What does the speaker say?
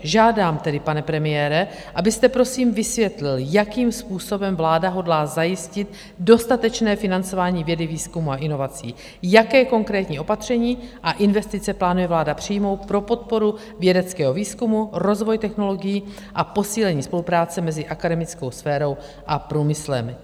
Žádám tedy, pane premiére, abyste prosím vysvětlil, jakým způsobem vláda hodlá zajistit dostatečné financování vědy, výzkumu a inovací, jaké konkrétní opatření a investice plánuje vláda přijmout pro podporu vědeckého výzkumu, rozvoj technologií a posílení spolupráce mezi akademickou sférou a průmyslem.